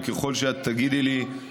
וככל שאת תגידי לי,